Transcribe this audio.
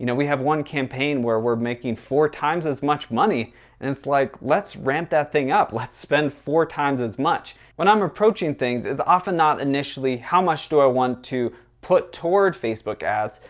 you know we have one campaign where we're making four times as much money. and it's like, let's ramp that thing up. let's spend four times as much when i'm approaching things is often not initially, how much do i want to put toward facebook ads,